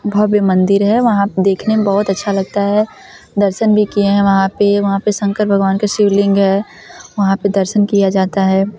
भव्य मंदिर है वहाँ पर देखने में बहुत अच्छा लगता है दर्शन भी किए है वहाँ पर वहाँ पर शंकर भगवान का शिवलिंग हैं वहाँ पर दर्शन किया जाता है